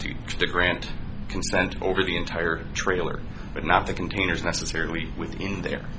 to to grant consent over the entire trailer but not to containers necessarily within their